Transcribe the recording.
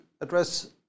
address